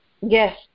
Yes